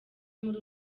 muri